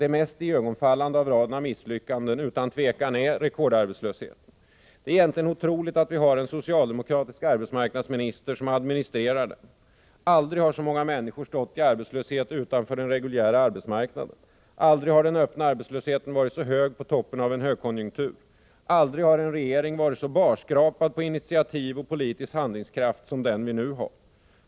Mest iögonfallande i raden av misslyckanden är utan tvivel rekordarbetslösheten. Det är egentligen otroligt att vi har en socialdemokratisk arbetsmarknadsminister som administrerar den. Aldrig har så många människor stått i arbetslöshet utanför den reguljära arbetsmarknaden. Aldrig har den öppna arbetslösheten varit så hög på toppen av en högkonjunktur. Aldrig har en regering varit så barskrapad på initiativ och politisk handlingskraft som den vi nu har.